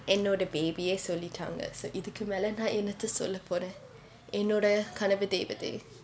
என்னோட:ennoda baby eh சொல்லிட்டாங்க:sollittaanga so இதுக்கு மேல நான் என்னத்தை சொல்ல போறேன் என்னோட கனவு தேவதை:ithukku mela naan ennathai solla poren ennoda kanavu thevathai